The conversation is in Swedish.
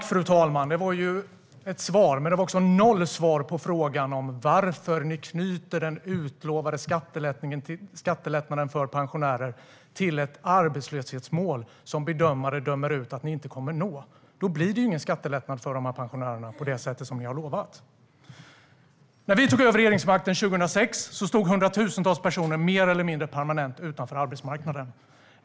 Fru talman! Det var ett svar, men det var noll svar på frågan om varför ni knyter den utlovade skattelättnaden för pensionärer till ett arbetslöshetsmål som bedömare dömer ut som onåbart. Då blir det ju ingen skattelättnad för pensionärerna på det sätt som ni har lovat. När vi tog över regeringsmakten 2006 stod hundratusentals personer mer eller mindre permanent utanför arbetsmarknaden.